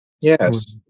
Yes